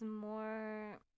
more